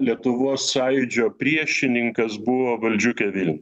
lietuvos sąjūdžio priešininkas buvo valdžiukė vilniuj